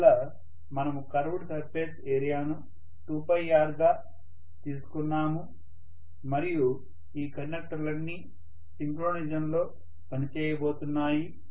అందువల్ల మనము curved surface ఏరియాను 2r గా తీసుకున్నాము మరియు ఈ కండక్టర్లన్నీ సింక్రోనిజంలో పనిచేయబోతున్నాయి